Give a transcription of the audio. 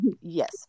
Yes